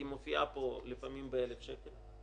היא מופיעה פה לפעמים ב-1,000 שקל.